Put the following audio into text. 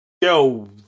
yo